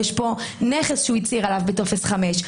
יש כאן נכס שהוא הצהיר עליו בטופס 5,